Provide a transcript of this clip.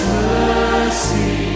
mercy